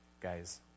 Guys